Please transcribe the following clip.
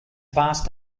vast